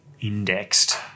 indexed